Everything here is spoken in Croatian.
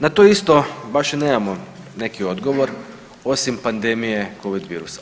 Na to isto baš i nemamo neki odgovor osim pandemije Covid virusa.